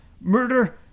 Murder